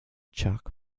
chuck